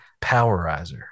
Powerizer